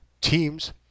teams